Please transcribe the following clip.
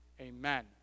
Amen